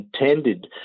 intended